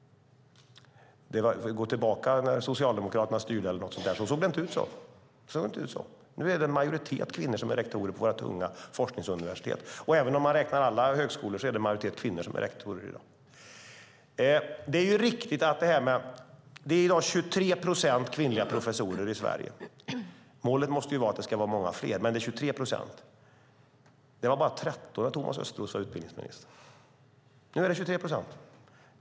När Socialdemokraterna styrde såg det inte ut så. Nu är en majoritet av rektorerna vid våra tunga forskningsuniversitet kvinnor. Även om man tar med alla högskolor är majoriteten rektorer kvinnor. Det är i dag 23 procent kvinnliga professorer i Sverige. Målet måste ju vara att det ska vara fler, men det är ändå 23 procent. Det var bara 13 procent när Thomas Östros var utbildningsminister.